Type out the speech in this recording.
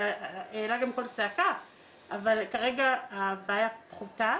העלה גם קול צעקה אבל כרגע הבעיה פחותה.